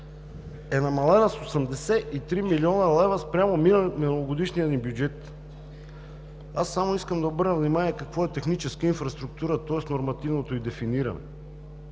е намалена с 83 млн. лв. спрямо миналогодишния ни бюджет. Само искам да обърна внимание какво е техническа инфраструктура, тоест нормативното ѝ дефиниране.